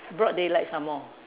broad daylight some more